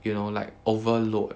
you know like overload